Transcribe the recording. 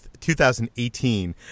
2018